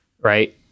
Right